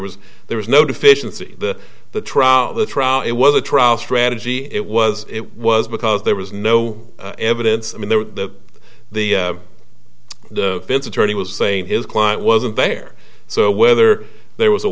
was there was no deficiency the the trial the trial it was a trial strategy it was it was because there was no evidence i mean the the vince attorney was saying his client wasn't there so whether there was a